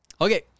Okay